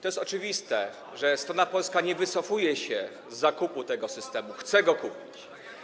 To jest oczywiste, że strona polska nie wycofuje się z zakupu tego systemu, chce go kupić.